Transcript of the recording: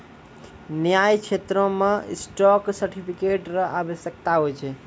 न्याय क्षेत्रो मे स्टॉक सर्टिफिकेट र आवश्यकता होय छै